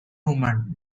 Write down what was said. woman